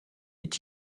est